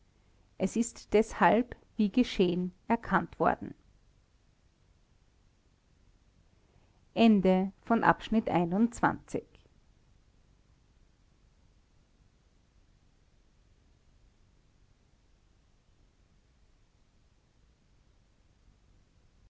es ist deshalb wie geschehen erkannt worden